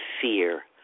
fear